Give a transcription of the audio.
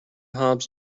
hobs